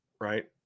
Right